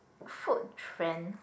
food trend